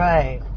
Right